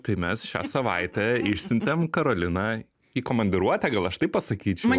tai mes šią savaitę išsiuntėm karoliną į komandiruotę gal aš taip pasakyčiau